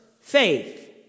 faith